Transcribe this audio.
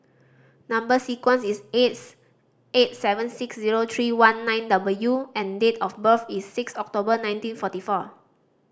number sequence is S eight seven six zero three one nine W and date of birth is six October nineteen forty four